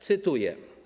Cytuję.